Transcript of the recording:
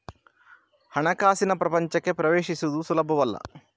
ಹಣಕಾಸಿನ ಪ್ರಪಂಚಕ್ಕೆ ಪ್ರವೇಶಿಸುವುದು ಸುಲಭವಲ್ಲ